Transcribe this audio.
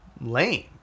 lame